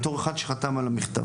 בתור אחד שחתם על המכתב,